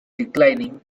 declining